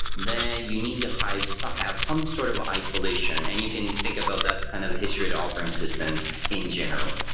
then you need to have some have some sort of isolation and you can think about that's kind of a history to operating system in general.